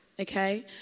Okay